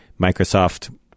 Microsoft